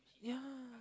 ya